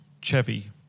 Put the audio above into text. Chevy